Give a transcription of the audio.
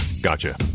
Gotcha